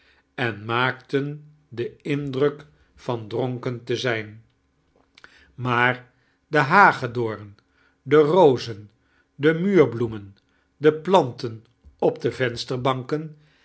en maakten den indrtik van dronken te zijn maar kerstve-rtellingen de hagedoom de rozen diet muurbloemen de planten op de vensterbaoiken